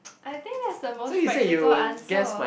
I think that's the most practical answer